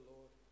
Lord